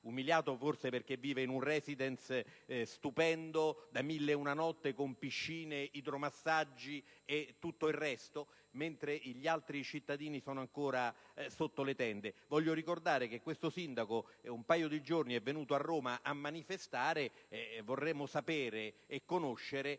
umiliato forse perché vive in un *residence* stupendo, da mille e una notte, con piscine e idromassaggi, mentre gli altri cittadini sono ancora sotto le tende. Voglio ricordare che il sindaco un paio di giorni è venuto a Roma a manifestare e vorremo sapere se